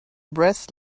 brass